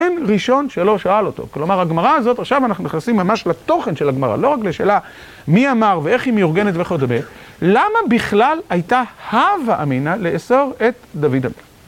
אין ראשון שלא שאל אותו. כלומר, הגמרא הזאת, עכשיו אנחנו נכנסים ממש לתוכן של הגמרא, לא רק לשאלה מי אמר ואיך היא מאורגנת וכדומה, למה בכלל הייתה הווה אמינא לאסור את דוד המלך?